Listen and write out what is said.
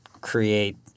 create